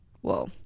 Whoa